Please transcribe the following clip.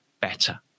better